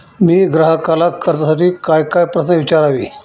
मी ग्राहकाला कर्जासाठी कायकाय प्रश्न विचारावे?